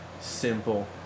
simple